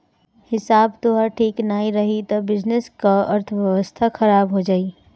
हिसाब तोहार ठीक नाइ रही तअ बिजनेस कअ अर्थव्यवस्था खराब हो जाई